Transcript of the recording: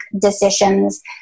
decisions